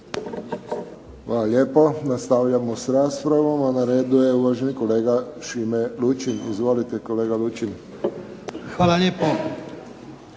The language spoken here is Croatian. Hvala lijepo. Nastavljamo s raspravom, a na redu je uvaženi kolega Šime Lučin. Izvolite kolega Lučin. **Lučin,